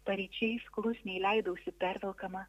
paryčiais klusniai leidausi pervelkama